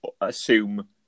assume